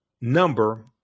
number